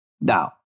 Now